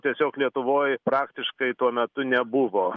tiesiog lietuvoj praktiškai tuo metu nebuvo